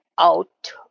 out